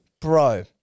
Bro